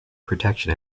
protection